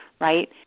right